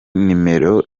nimero